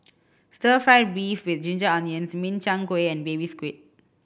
stir fried beef with ginger onions Min Chiang Kueh and Baby Squid